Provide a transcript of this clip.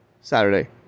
Saturday